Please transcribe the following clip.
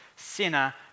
sinner